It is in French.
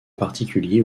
particulier